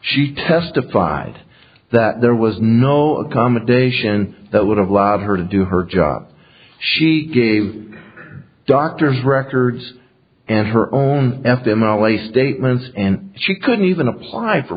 she testified that there was no accommodation that would have allowed her to do her job she gave her doctor's records and her own f m l a statements and she couldn't even apply for